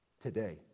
today